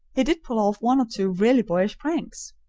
he did pull off one or two really boyish pranks.